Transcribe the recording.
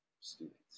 students